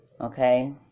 Okay